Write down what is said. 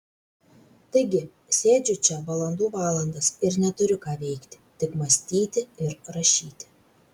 taigi sėdžiu čia valandų valandas ir neturiu ką veikti tik mąstyti ir rašyti